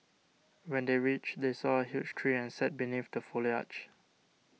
when they reached they saw a huge tree and sat beneath the foliage